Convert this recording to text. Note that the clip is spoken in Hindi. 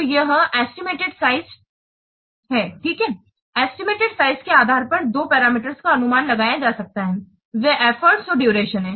तो यह एस्टिमेटेड साइज ठीक है एस्टिमेटेड साइज के आधार पर दो पैरामीटर्स का अनुमान लगाया जा सकता है वे एफर्ट और दरशण हैं